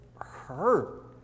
hurt